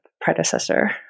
predecessor